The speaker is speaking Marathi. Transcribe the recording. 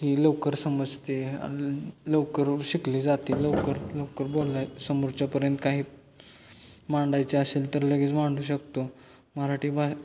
ही लवकर समजते लवकर शिकली जाती लवकर लवकर बोलाय समोरच्यापर्यंत काही मांडायचे असेल तर लगेच मांडू शकतो मराठी भा